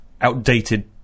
outdated